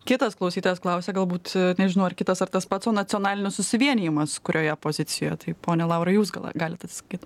kitas klausytojas klausia galbūt nežinau ar kitas ar tas pats o nacionalinis susivienijimas kurioje pozicijoje tai pone laurai jūs gal galit atsakyt